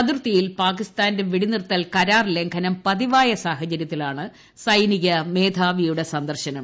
അതിർത്തിയിൽ പാക്കിസ്ഥാന്റെ വെടിനിറുത്തൽ കരാർ ലംഘനം പതിവായ സാഹചര്യത്തിലാണ് സൈനിക മേധാവിയുടെ സന്ദർശനം